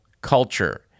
culture